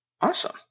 Awesome